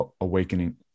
awakening